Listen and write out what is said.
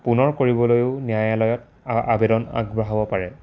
পুনৰ কৰিবলৈয়ো ন্যায়ালয়ত আবেদন আগবঢ়াব পাৰে